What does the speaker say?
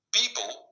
people